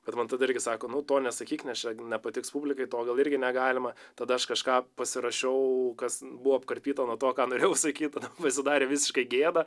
bet man tada irgi sako nu to nesakyk nes čia patiks publikai to gal irgi negalima tada aš kažką pasirašiau kas buvo apkarpyta nuo to ką norėjau sakyt pasidarė visiškai gėda